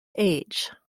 age